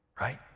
right